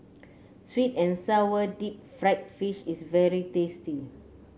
sweet and sour Deep Fried Fish is very tasty